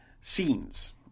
scenes